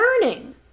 learning